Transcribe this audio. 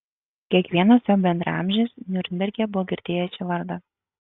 kiekvienas jo bendraamžis niurnberge buvo girdėjęs šį vardą